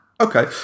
Okay